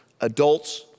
adults